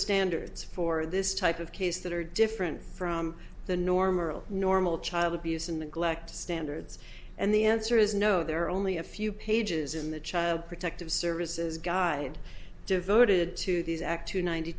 standards for this type of case that are different from the normal normal child abuse and neglect standards and the answer is no there are only a few pages in the child protective services guide devoted to these act two ninety